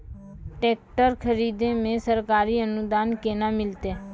Tractor खरीदै मे सरकारी अनुदान केना मिलतै?